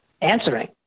answering